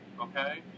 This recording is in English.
okay